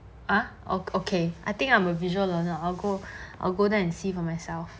!huh! okay I think I'm a visual learner I'll go I'll go there and see for myself